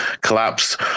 collapse